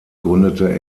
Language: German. gründete